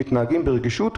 ומתנהגים ברגישות,